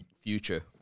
future